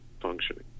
functioning